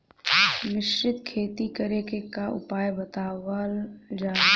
मिश्रित खेती करे क उपाय बतावल जा?